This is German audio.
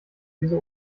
diese